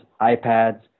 iPads